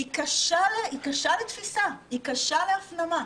היא קשה לתפיסה, היא קשה להפנמה.